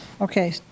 Okay